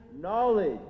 knowledge